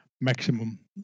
maximum